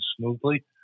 smoothly